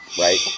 right